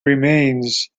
remains